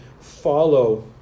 follow